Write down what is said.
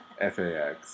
F-A-X